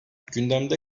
gündemde